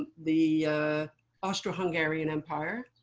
the austro-hungarian empire,